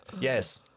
Yes